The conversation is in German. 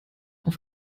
auf